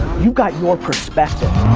you got your perspective.